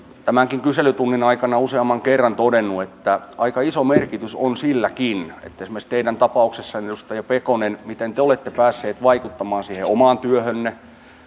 tämänkin kyselytunnin aikana useamman kerran todennut että aika iso merkitys on silläkin miten esimerkiksi teidän tapauksessanne edustaja pekonen te olette päässyt vaikuttamaan siihen omaan työhönne